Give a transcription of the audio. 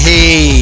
Hey